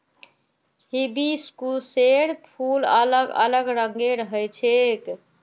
हिबिस्कुसेर फूल अलग अलग रंगेर ह छेक